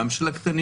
גם של הקטנים,